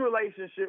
relationship